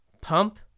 Pump